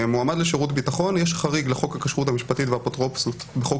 למועמד לשירות ביטחון יש חריג לחוק הכשרות המשפטית והאפוטרופסות בחוק